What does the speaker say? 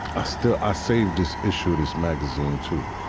i still i saved this issue, this magazine, too.